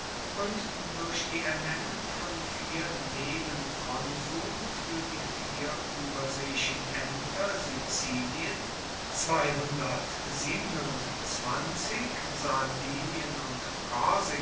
und durch die ernennung von vier nebenkonsuln fuer die vier ueberseeischen aemter sizilien sardinien und